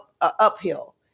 uphill